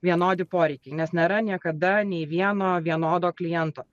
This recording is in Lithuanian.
vienodi poreikiai nes nėra niekada nei vieno vienodo kliento